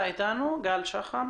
שמי גל שחם